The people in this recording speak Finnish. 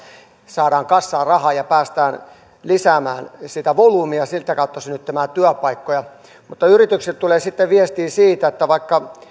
saadaan kassaan rahaa ja päästään lisäämään sitä volyymiä ja sieltä kautta synnyttämään työpaikkoja mutta yrityksiltä tulee sitten viestiä siitä että vaikka